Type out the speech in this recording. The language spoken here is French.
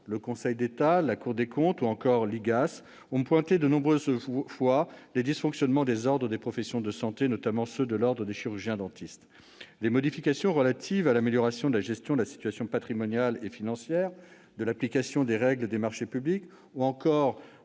Le Conseil d'État, la Cour des comptes, ou encore l'IGAS ont relevé de nombreuses fois les dysfonctionnements des ordres des professions de santé, notamment ceux de l'ordre des chirurgiens-dentistes. Les modifications relatives à l'amélioration de la gestion de la situation patrimoniale et financière, à l'application des règles des marchés publics, ou encore